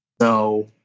No